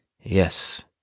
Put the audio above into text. Yes